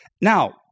Now